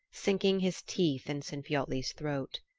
sinking his teeth in sinfiotli's throat.